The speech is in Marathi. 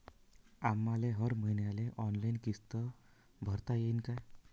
आम्हाले हर मईन्याले ऑनलाईन किस्त भरता येईन का?